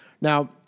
Now